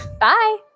Bye